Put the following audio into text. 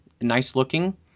nice-looking